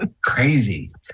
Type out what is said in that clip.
Crazy